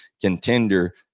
contender